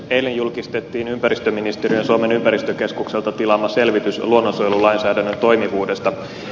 eilen julkistettiin ympäristöministeriön suomen ympäristökeskukselta tilaama selvitys luonnonsuojelulainsäädännön toimivuudesta